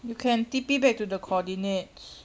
you can T_P back to the coordinates